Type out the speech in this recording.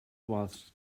was